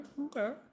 Okay